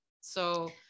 so-